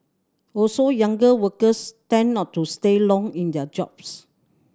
also younger workers tend not to stay long in their jobs